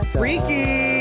freaky